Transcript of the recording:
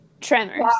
Tremors